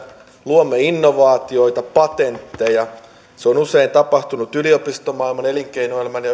luomme innovaatioita patentteja se on usein tapahtunut yliopistomaailman elinkeinoelämän ja